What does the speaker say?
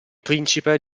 principe